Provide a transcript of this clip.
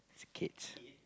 kids